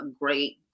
great